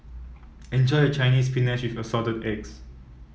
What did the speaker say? enjoy your Chinese Spinach with Assorted Eggs